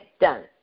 done